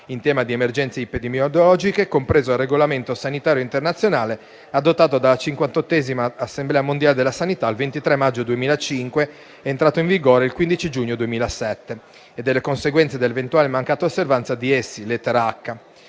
in tema di emergenze epidemiologiche, compreso il Regolamento sanitario internazionale adottato dalla 58a Assemblea mondiale della sanità il 23 maggio 2005 ed entrato in vigore il 15 giugno 2007, e delle conseguenze dell'eventuale mancata osservanza di essi (lettera